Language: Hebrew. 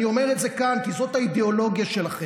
אני אומר את זה כאן כי זאת האידיאולוגיה שלכם,